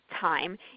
time